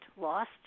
lost